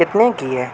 کتنے کی ہے